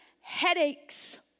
headaches